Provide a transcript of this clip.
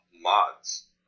mods